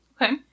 Okay